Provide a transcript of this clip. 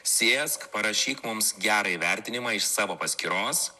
sėsk parašyk mums gerą įvertinimą iš savo paskyros